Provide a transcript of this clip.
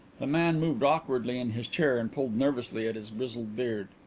the man moved awkwardly in his chair and pulled nervously at his grizzled beard.